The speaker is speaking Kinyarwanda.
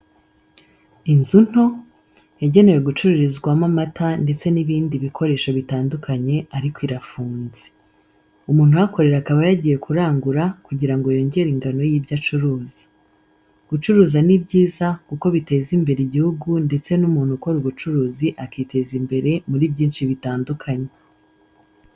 Inzu nto, yagenewe gucururizwamo amata ndetse n'ibindi bikoresho bitandukanye ariko irafunze. umuntu uhakorera akaba yagiye kurangura kugira ngo yongere ingano y'ibyo acuruza. Gucuruza ni byiza kuko biteza imbere igihugu ndetse n'umuntu ukora ubucuruzi akiteza imbere muri byinshi bitandukanye.